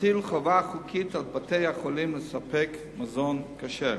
ותטיל חובה חוקית על בתי-החולים לספק מזון כשר.